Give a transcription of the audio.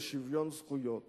לשוויון זכויות